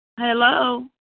Hello